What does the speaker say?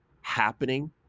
happening